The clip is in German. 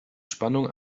spannung